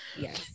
Yes